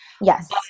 Yes